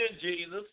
Jesus